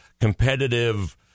competitive